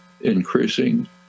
increasing